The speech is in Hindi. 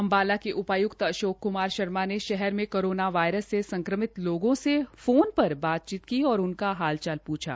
अम्बाला के उपाय्क्त अशोक क्मार शर्मा ने शहर में कोरोना वायरस से संक्रमित लोगों से फोन पर बातचीत की और उनका हाल चाल पूछा